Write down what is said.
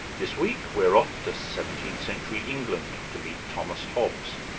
this week we're off to seventeenth century england to meet thomas hobbes,